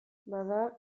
bada